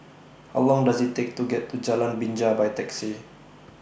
How Long Does IT Take to get to Jalan Binja By Taxi